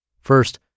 First